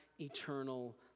eternal